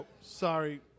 sorry